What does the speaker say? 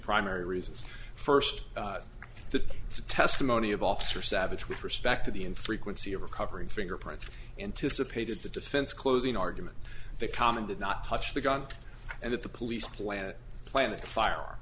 primary reasons first the testimony of officer savage with respect to the infrequency of recovering fingerprints anticipated the defense closing argument the common did not touch the gun and that the police planted planted fire